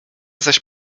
zaś